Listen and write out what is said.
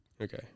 Okay